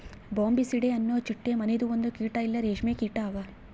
Bombycidae ಅನೊ ಚಿಟ್ಟೆ ಮನಿದು ಒಂದು ಕೀಟ ಇಲ್ಲಾ ರೇಷ್ಮೆ ಕೀಟ ಅವಾ